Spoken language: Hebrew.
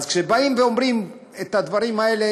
אז כשאומרים את הדברים האלה,